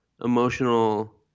emotional